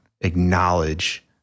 acknowledge